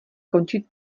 končit